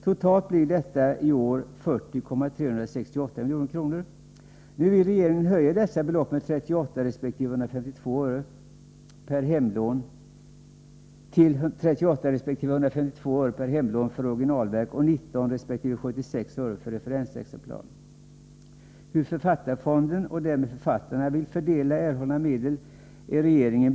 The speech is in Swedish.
Totalt blir detta i år 40,368 milj.kr. Nu vill regeringen höja beloppen i fråga om originalverk till 38 öre vid hemlän och till 152 öre vid lån av referensexemplar. För översatta verk skulle beloppen då bli 19 öre resp. 76 öre. Regeringen är beredd att ta hänsyn till hur författarfonden och därmed författarna vill fördela erhållna medel.